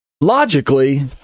logically